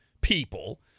people